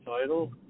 title